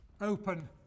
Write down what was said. open